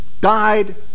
died